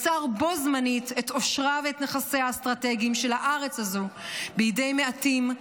מסר בו-זמנית את עושרה ואת נכסיה האסטרטגיים של הארץ הזו בידי מעטים,